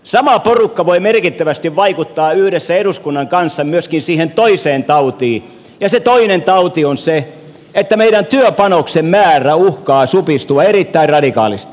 sama porukka voi merkittävästi vaikuttaa yhdessä eduskunnan kanssa myöskin siihen toiseen tautiin ja se toinen tauti on se että meillä työpanoksen määrä uhkaa supistua erittäin radikaalisti